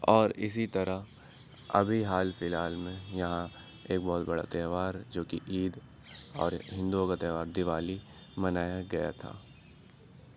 اور اسی طرح ابھی حال فی الحال میں یہاں ایک بہت بڑا تہوار جو كہ عید اور ہندوؤں كا تہوار دیوالی منایا گیا تھا